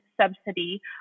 subsidy